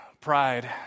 pride